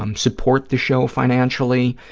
um support the show financially,